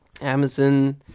Amazon